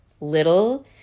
little